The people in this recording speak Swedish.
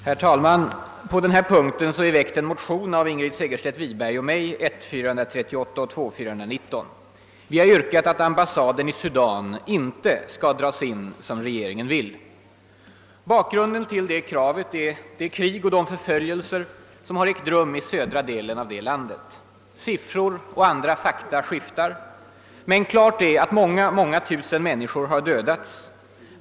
Herr talman! På den här punkten har Ingrid Segerstedt Wiberg och jag väckt motionerna I:438 och II: 419. Vi har yrkat att ambassaden i Sudan inte skall dras in såsom regeringen vill. Bakgrunden till det kravet är det krig och de förföljelser som ägt rum i södra delen av landet. Siffror och andra uppgifter skiftar. Men klart är att många, många tusen människor har dödats.